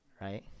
right